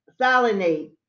salinate